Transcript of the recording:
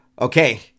Okay